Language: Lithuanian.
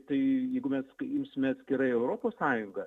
tai jeigu mes kai imsime atskirai europos sąjungą